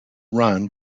run